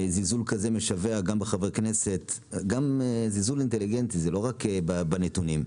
זה גם זלזול אינטליגנטי, לא רק בנתונים.